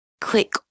click